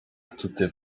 atuty